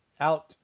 out